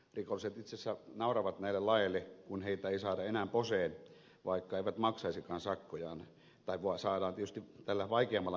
rikolliset itse asiassa nauravat näille laeille kun heitä ei enää saada poseen vaikka he eivät maksaisikaan sakkojaan tai saadaan tietysti tällä vaikeammalla menettelyllä